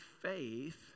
faith